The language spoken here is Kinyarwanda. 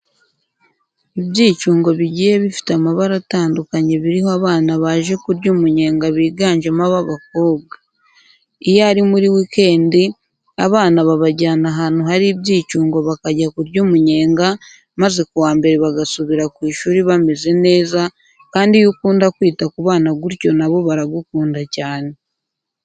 Ibyicungo bigiye bifite amabara atandukanye biriho abana baje kurya umunyenga biganjemo ab'abakobwa. Iyo ari muri weekend abana babajyana ahantu hari ibyicungo bakajya kurya umunyenga maze ku wa Mbere bagasubira ku ishuri bameze neza kandi iyo ukunda kwita ku bana gutyo na bo baragukunda cyane.